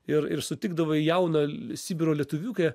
ir ir sutikdavai jauną sibiro lietuviukę